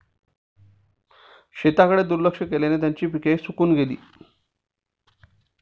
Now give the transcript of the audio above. शेताकडे दुर्लक्ष केल्याने त्यांची पिके सुकून गेली